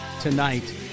tonight